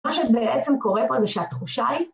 מה שבעצם קורה פה זה שהתחושה היא